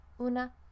una